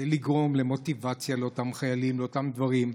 לגרום למוטיבציה לאותם חיילים, באותם דברים.